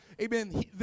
Amen